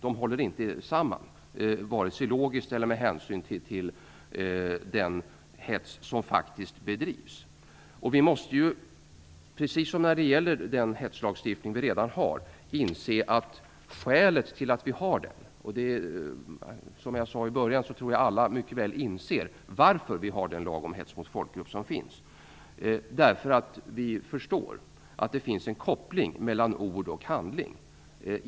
De håller inte samman - vare sig rent logiskt eller med hänsyn till den hets som faktiskt bedrivs. Vi måste inse skälet till att vi har den hetslagstiftning vi har. Jag tror, som jag sade i början, att alla inser varför vi har den. Det är för att vi förstår att det finns en koppling mellan ord och handling.